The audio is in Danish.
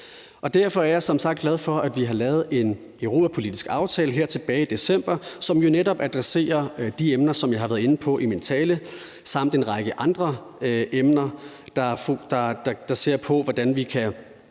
Derfor er jeg som sagt glad for, at vi har lavet en europapolitisk aftale her tilbage i december, som jo netop adresserer de emner, som jeg har været inde på i min tale, samt en række andre emner, der ser på, hvordan vi kan